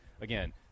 Again